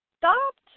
stopped